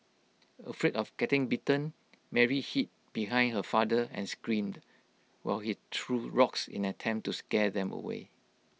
afraid of getting bitten Mary hid behind her father and screamed while he threw rocks in an attempt to scare them away